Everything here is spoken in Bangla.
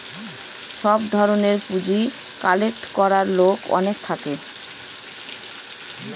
সব ধরনের পুঁজি কালেক্ট করার অনেক লোক থাকে